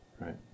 right